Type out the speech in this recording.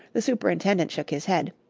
the superintendent shook his head.